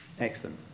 Excellent